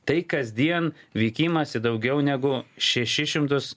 tai kasdien vykimas į daugiau negu šešis šimtus